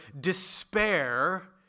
despair